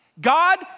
God